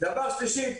דבר שלישי,